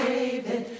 David